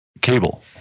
cable